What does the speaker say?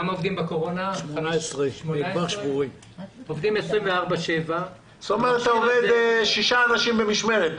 18. זאת אומרת, שישה אנשים במשמרת.